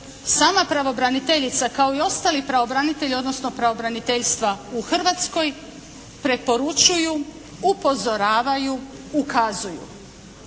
sama pravobraniteljica kao i ostali pravobranitelji odnosno pravobraniteljstva u Hrvatskoj preporučuju, upozoravaju, ukazuju.